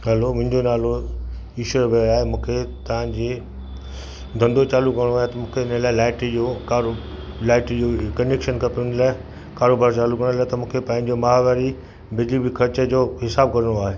hello मुंहिंजो नालो ईश्वर भर आहे मूंखे तव्हांजे धंधो चालू करिणो आहे त मूंखे इन लाइ लाइट जो कारो लाइट जो कनेक्शन खपे उन लाइ कारोबारु चालू करण लाइ त मूंखे पंहिंजो मां वरी बिजली खर्च जो हिसाब करिणो आहे